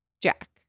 Jack